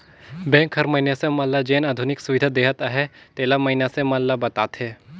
bank हर मइनसे मन ल जेन आधुनिक सुबिधा देहत अहे तेला मइनसे मन ल बताथे